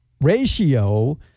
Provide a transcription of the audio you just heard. ratio